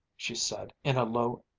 she said in a low,